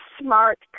smart